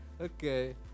Okay